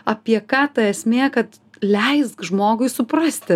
apie ką ta esmė kad leisk žmogui suprasti